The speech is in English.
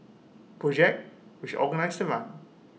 project which organised the run